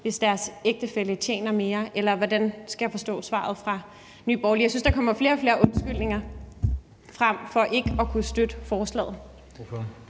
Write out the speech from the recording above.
hvis deres ægtefælle tjener mere, eller hvordan skal jeg forstå svaret fra Nye Borgerlige? Jeg synes, der kommer flere og flere undskyldninger for ikke at kunne støtte forslaget.